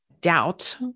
doubt